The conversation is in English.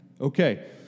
Okay